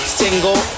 single